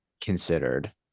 considered